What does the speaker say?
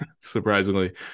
surprisingly